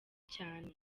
cyane